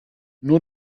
nur